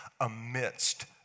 amidst